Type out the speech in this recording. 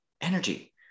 energy